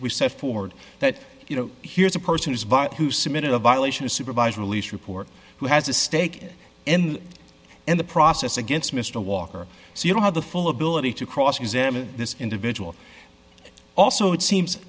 we set forward that you know here's a person who's but who submitted a violation a supervised release report who has a stake in in the process against mr walker so you don't have the full ability to cross examine this individual also it seems